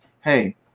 hey